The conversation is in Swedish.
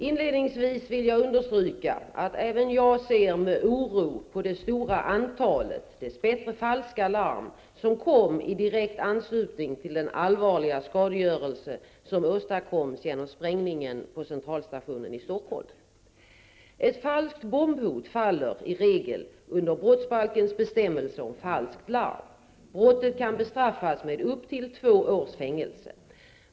Inledningsvis vill jag understryka att även jag ser med oro på det stora antalet, dess bättre falska larm som kom i direkt anslutning till den allvarliga skadegörelse som åstadkoms genom sprängningen på Centralstationen i Stockholm. Ett falskt bombhot faller i regel under brottsbalkens bestämmelse om falskt larm. Brottet kan bestraffas med upp till två års fängelse.